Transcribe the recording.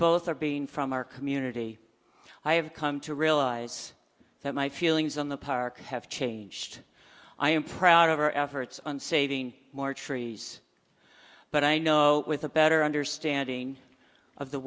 both are being from our community i have come to realize that my feelings on the park have changed i am proud of our efforts on saving more trees but i know with a better understanding of the